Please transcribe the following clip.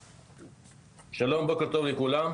שלום ובוקר טוב לכולם.